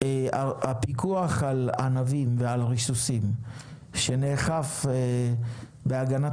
הפיקוח על ענבים ועל ריסוס שנאכף בהגנת